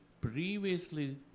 previously